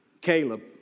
Caleb